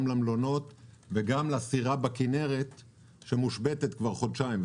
גם למלונות וגם לסירה בכינרת שמושבתת כבר חודשיים.